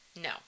No